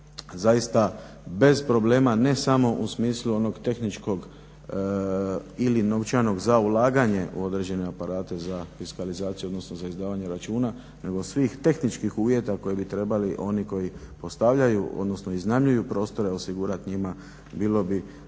zaista bez problema ne samo u smislu onog tehničkog ili novčanog za ulaganje u određene aparate za fiskalizaciju odnosno za izdavanje računa nego svih tehničkih uvjeta koje bi trebali oni koji postavljaju, odnosno iznajmljuju prostore osigurati njima, bilo bi